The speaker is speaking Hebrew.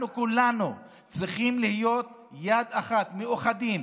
אנחנו כולנו צריכים להיות יד אחת, מאוחדים,